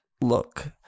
look